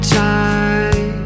time